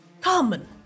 common